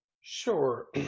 Sure